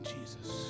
Jesus